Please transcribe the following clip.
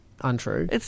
untrue